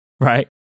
right